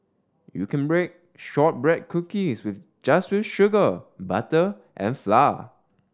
you can bake shortbread cookies with just with sugar butter and flour